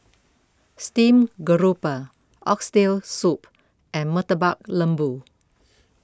Steamed Garoupa Oxtail Soup and Murtabak Lembu